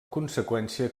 conseqüència